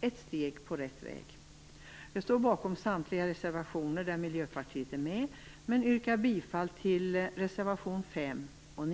ett steg på rätt väg. Jag står bakom samtliga reservationer där Miljöpartiet är med men yrkar bifall endast till reservation